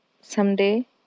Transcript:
someday